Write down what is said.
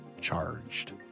charged